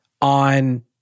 on